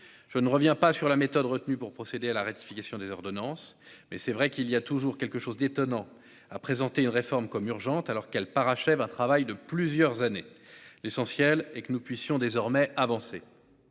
Je ne reviens pas sur la méthode retenue pour procéder à la ratification des ordonnances, mais il est vrai qu'il y a toujours quelque chose d'étonnant à présenter une réforme comme urgente alors qu'elle parachève un travail de plusieurs années ... L'essentiel est que nous puissions désormais avancer.